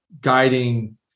guiding